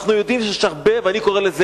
אנחנו יודעים שיש הרבה אתגרים,